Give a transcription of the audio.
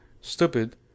stupid